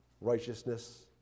Righteousness